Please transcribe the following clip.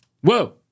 whoa